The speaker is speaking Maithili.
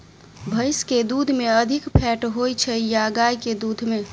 भैंस केँ दुध मे अधिक फैट होइ छैय या गाय केँ दुध में?